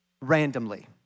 randomly